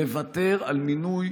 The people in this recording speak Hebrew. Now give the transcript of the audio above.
לוותר על מינוי